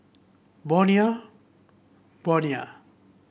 Bonia Bonia